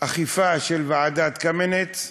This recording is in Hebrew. אכיפה של ועדת קמיניץ,